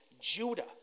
Judah